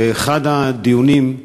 באחד הדיונים,